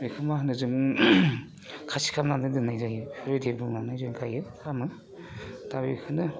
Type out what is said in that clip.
बेखौ माहोनो जों खासि खालामना दोननाय जायो बेफोरबायदि बुंनानै जों गायो खालामो दा बेखौनो